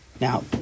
Now